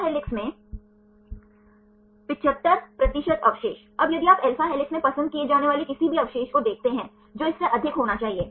alpha helix में 75 प्रतिशत अवशेष अब यदि आप alpha हेलिक्स में पसंद किए जाने वाले किसी भी अवशेष को देखते हैं जो इससे अधिक होना चाहिए